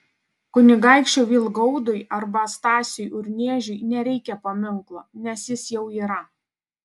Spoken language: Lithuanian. kunigaikščiui vilgaudui arba stasiui urniežiui nereikia paminklo nes jis jau yra